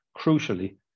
Crucially